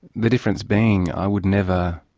the difference being, i would never,